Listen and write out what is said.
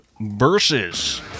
Versus